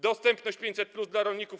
Dostępność 500+ dla rolników?